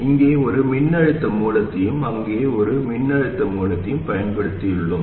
இங்கே ஒரு மின்னழுத்த மூலத்தையும் அங்கு ஒரு மின்னழுத்த மூலத்தையும் பயன்படுத்தியுள்ளோம்